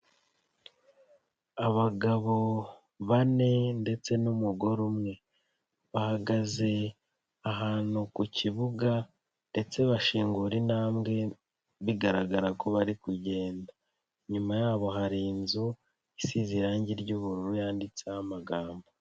Abagabo bane ndetse n'umugore umwe, bahagaze ahantu ku kibuga ndetse bashingura intambwe bigaragara ko bari kugenda, inyuma yabo hari inzu isize irangi ry'ubururu yanditseho amagambo.